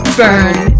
burn